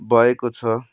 भएको छ